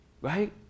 right